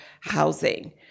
housing